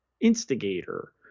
instigator